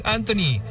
Anthony